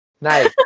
nice